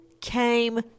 came